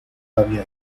había